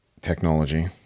Technology